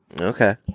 Okay